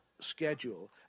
schedule